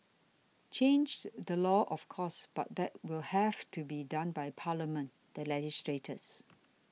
change the law of course but that will have to be done by Parliament the legislators